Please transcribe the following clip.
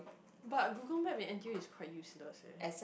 but Google Map in N_T_U is quite useless leh